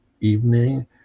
evening